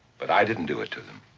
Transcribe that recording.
but i didn't do it to them.